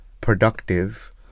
productive